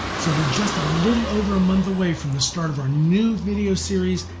so we're just a little over a month away from the start of our new video series,